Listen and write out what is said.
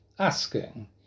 asking